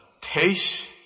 taste